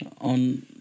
on